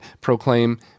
proclaim